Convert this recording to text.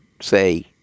say